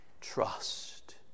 trust